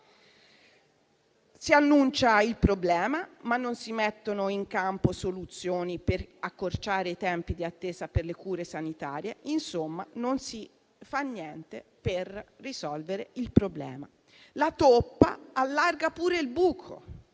Si annuncia il problema, ma non si mettono in campo soluzioni per accorciare i tempi d'attesa per le cure sanitarie; insomma, non si fa niente per risolvere il problema. La toppa allarga pure il buco,